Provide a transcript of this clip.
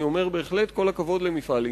אני אומר בהחלט כל הכבוד למפעל "אינטל",